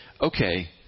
okay